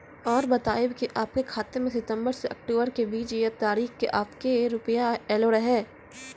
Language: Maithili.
और बतायब के आपके खाते मे सितंबर से अक्टूबर के बीज ये तारीख के आपके के रुपिया येलो रहे?